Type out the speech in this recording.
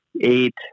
eight